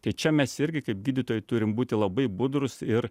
tai čia mes irgi kaip gydytojai turim būti labai budrūs ir